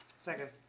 Second